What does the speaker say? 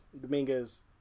Dominguez